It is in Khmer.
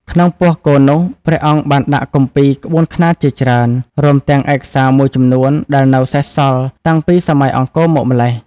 ក្នុងពោះគោនោះ ព្រះអង្គបានដាក់គម្ពីរក្បួនខ្នាតជាច្រើន រួមទាំងឯកសារមួយចំនួនដែលនៅសេសសល់តាំងពីសម័យអង្គរមកម្ល៉េះ។